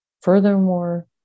Furthermore